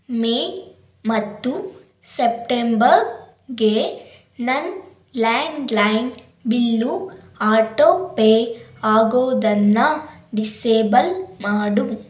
ಮೇ ಮತ್ತು ಸೆಪ್ಟೆಂಬರ್ಗೆ ನನ್ನ ಲ್ಯಾಂಡ್ಲೈನ್ ಬಿಲ್ಲು ಆಟೋ ಪೇ ಆಗೋದನ್ನು ಡಿಸ್ಸೇಬಲ್ ಮಾಡು